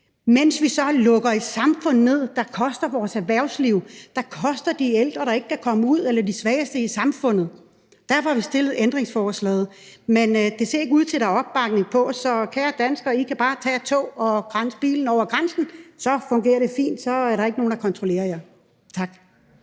mens vi så lukker et samfund ned, og det koster vores erhvervsliv, det koster de ældre, der ikke kan komme ud, eller de svageste i samfundet. Derfor har vi stillet ændringsforslaget. Men det ser ikke ud til, at der er opbakning til det, så kære danskere: I kan bare tage toget eller bilen over grænsen, så fungerer det fint; så er der ikke er nogen, der kontrollerer jer. Tak.